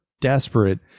desperate